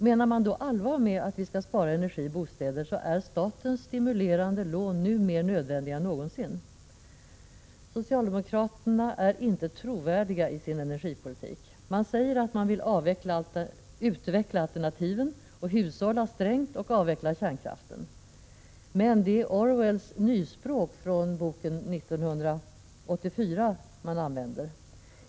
Menar man då allvar med att vi skall spara energi i bostäder är statens stimulerande lån nu mer nödvändiga än någonsin. Socialdemokraterna är inte trovärdiga i sin energipolitik. Man säger att man vill utveckla alternativen, hushålla strängt och avveckla kärnkraften. Men det är Orwells nyspråk från boken 1984 som man använder.